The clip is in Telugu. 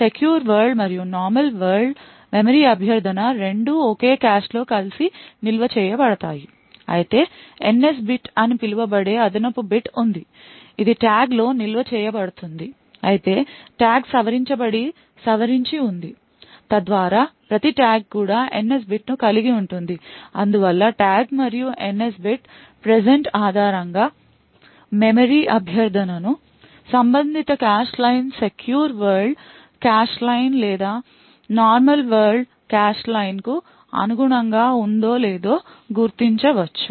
సెక్యూర్ వరల్డ్ మరియు నార్మల్ వరల్డ్ మెమరీ అభ్యర్థన రెండూ ఒకే కాష్లో కలిసి నిల్వ చేయబడతాయి అయితే NS బిట్ అని పిలువబడే అదనపు బిట్ ఉంది ఇది ట్యాగ్లో నిల్వ చేయబడుతుంది అయితే ట్యాగ్ సవరించబడి సవరించి ఉంది తద్వారా ప్రతి ట్యాగ్ కూడా NS బిట్ను కలిగి ఉంటుంది అందువల్ల ట్యాగ్ మరియు NS బిట్ ప్రెజెంట్ ఆధారంగా మెమరీ అభ్యర్థనను సంబంధిత cache line secure world cache line లేదా నార్మల్ వరల్డ్ కాష్ లైన్కు అనుగుణంగా ఉందో లేదో గుర్తించవచ్చు